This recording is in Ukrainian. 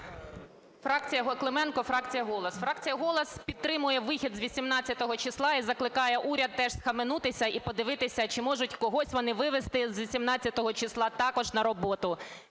Фракція "Голос" підтримує вихід з 18 числа і закликає уряд теж схаменутися і подивися, чи можуть когось вони вивести з 18 числа також на роботу,